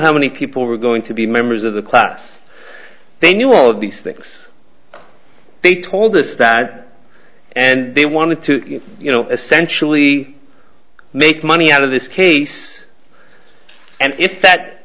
how many people were going to be members of the class they knew all of these things they told us that and they wanted to you know essentially make money out of this case and if that